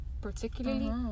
particularly